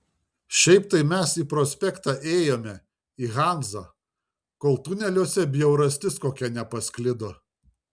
šiaip tai mes į prospektą ėjome į hanzą kol tuneliuose bjaurastis kokia nepasklido